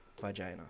vagina